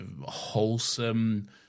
wholesome